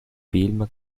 film